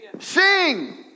Sing